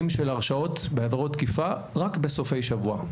של הרשעות בעבירות תקיפה רק בסופי שבוע,